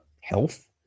health